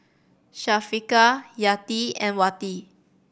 Syafiqah Yati and Wati